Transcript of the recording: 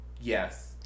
Yes